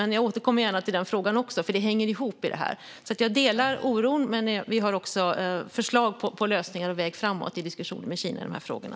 Men jag återkommer gärna till den frågan också, för det här hänger ihop. Jag delar oron, men vi har också förslag på lösningar och en väg framåt i diskussionen med Kina i de här frågorna.